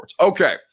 Okay